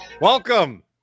Welcome